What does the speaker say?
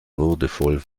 würdevoll